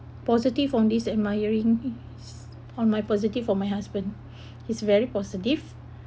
positive on this admiring on my positive of my husband he's very positive